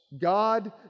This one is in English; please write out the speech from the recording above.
God